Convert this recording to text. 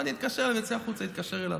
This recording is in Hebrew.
ואני אצא החוצה להתקשר אליו,